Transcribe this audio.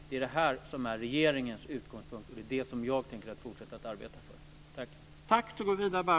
Det är det här som är regeringens utgångspunkt och det som jag tänker fortsätta att arbeta för.